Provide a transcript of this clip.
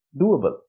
doable